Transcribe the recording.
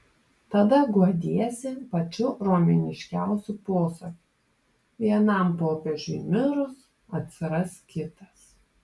tada guodiesi pačiu romėniškiausiu posakiu vienam popiežiui mirus atsiras kitas